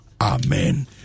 amen